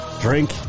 drink